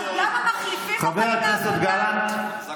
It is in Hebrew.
אבל גם המחליפים לא מגיעים לעבודה.